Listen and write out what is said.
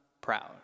proud